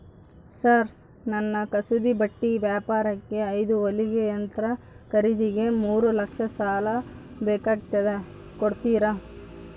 Sir ನನ್ನ ಕಸೂತಿ ಬಟ್ಟೆ ವ್ಯಾಪಾರಕ್ಕೆ ಐದು ಹೊಲಿಗೆ ಯಂತ್ರ ಖರೇದಿಗೆ ಮೂರು ಲಕ್ಷ ಸಾಲ ಬೇಕಾಗ್ಯದ ಕೊಡುತ್ತೇರಾ?